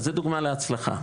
אז זה דוגמא להצלחה.